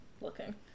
looking